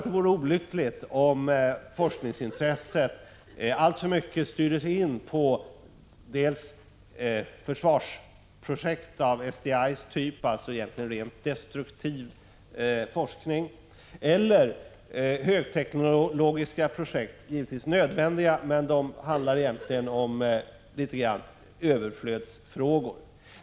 Det vore olyckligt om forskningsintresset alltför mycket styrdes in på försvarsprojekt av typ SDI, alltså egentligen rent destruktiv forskning, eller högteknologiska projekt. Dessa är givetvis nödvändiga, men de handlar egentligen litet om överflödsfrågor.